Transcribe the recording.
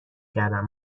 کردن